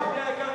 אדוני היקר,